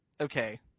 okay